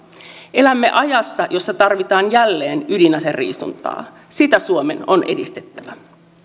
elämme ajassa jossa tarvitaan jälleen ydinaseriisuntaa sitä suomen on edistettävä